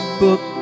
book